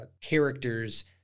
character's